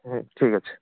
হুম ঠিক আছে